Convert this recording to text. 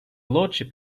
lordship